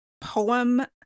poem